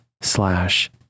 slash